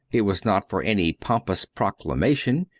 it was not for any pompous proclamation,